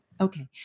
Okay